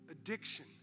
Addiction